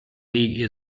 league